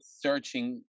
searching